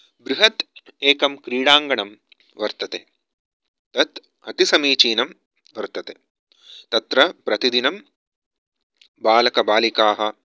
बृहद् एकं क्रीडाङ्गणं वर्तते तत् अतिसमीचिनं वर्तते तत्र प्रतिदिनं बालकबालिकाः